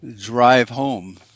drive-home